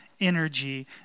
energy